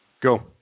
Go